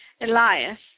Elias